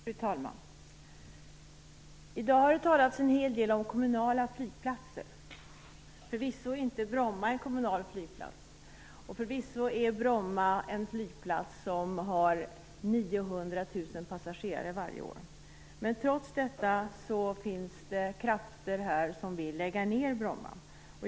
Fru talman! I dag har det talats en hel del om kommunala flygplatser. Förvisso är inte Bromma en kommunal flygplats, och förvisso är Bromma en flygplats som har 900 000 passagerare varje år. Men trots detta finns det krafter här som vill lägga ned Bromma.